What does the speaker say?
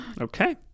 Okay